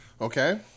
Okay